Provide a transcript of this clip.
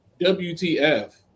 WTF